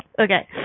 Okay